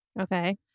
Okay